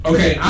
Okay